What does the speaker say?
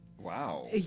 Wow